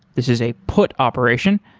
this is a put operation,